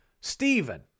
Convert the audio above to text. Stephen